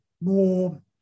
more